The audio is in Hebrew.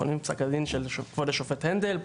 פסק הדין של כבוד השופט הנדל,